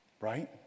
Right